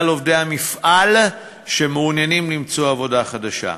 עובדי המפעל שמעוניינים למצוא עבודה חדשה.